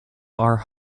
are